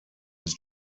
was